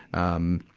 um,